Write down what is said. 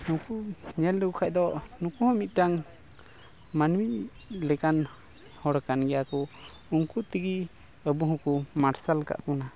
ᱱᱩᱠᱩ ᱧᱮᱞ ᱞᱮᱠᱚ ᱠᱷᱟᱱ ᱫᱚ ᱱᱩᱠᱩ ᱦᱚᱸ ᱢᱤᱫᱴᱟᱝ ᱢᱟᱹᱱᱢᱤ ᱞᱮᱠᱟᱱ ᱦᱚᱲ ᱠᱟᱱ ᱜᱮᱭᱟ ᱠᱚ ᱩᱱᱠᱩ ᱛᱮᱜᱮ ᱟᱵᱚ ᱦᱚᱸᱠᱚ ᱢᱟᱨᱥᱟᱞ ᱠᱟᱜ ᱵᱚᱱᱟ